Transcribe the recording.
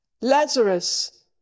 Lazarus